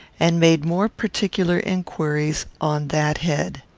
and made more particular inquiries on that head.